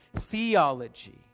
theology